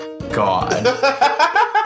god